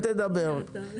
תקריאי.